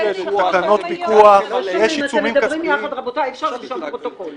יש תקנות פיקוח, יש עיצומים כספיים.